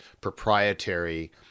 proprietary